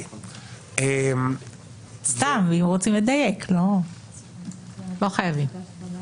סתם אם רוצים לדייק, לא חייבים.